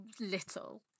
little